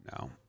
no